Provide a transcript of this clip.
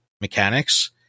mechanics